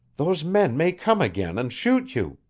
those men may come again and shoot you.